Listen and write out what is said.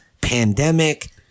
pandemic